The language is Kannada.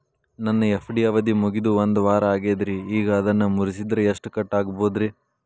ನನ್ನ ಎಫ್.ಡಿ ಅವಧಿ ಮುಗಿದು ಒಂದವಾರ ಆಗೇದ್ರಿ ಈಗ ಅದನ್ನ ಮುರಿಸಿದ್ರ ಎಷ್ಟ ಕಟ್ ಆಗ್ಬೋದ್ರಿ?